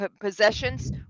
possessions